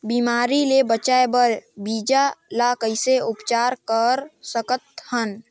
बिमारी ले बचाय बर बीजा ल कइसे उपचार कर सकत हन?